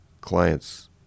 clients